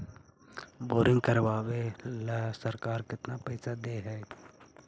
Boring करबाबे ल सरकार केतना पैसा दे है?